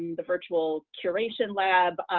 the virtual curation lab,